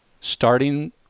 Starting